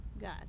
God